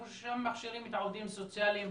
המקום ששם מכשירים את העובדים הסוציאליים,